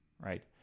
Right